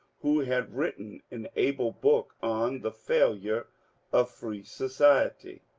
who had written an able book on the failure of free society.